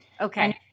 Okay